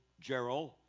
Gerald